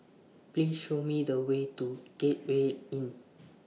Please Show Me The Way to Gateway Inn